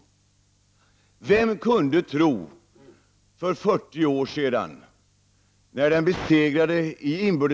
"Vem kunde tro för 40 år sedan när den i inbördeskriget besegrade nationa = Prot.